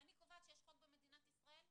אני קובעת שיש חוק במדינת ישראל.